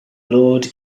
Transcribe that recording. lord